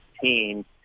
team